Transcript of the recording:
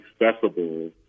accessible